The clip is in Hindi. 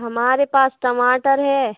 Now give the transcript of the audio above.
हमारे पास टमाटर है